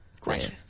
Great